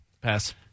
Pass